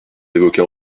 évoquer